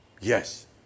yes